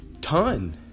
ton